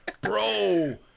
Bro